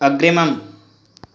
अग्रिमम्